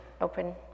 open